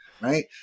right